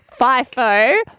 FIFO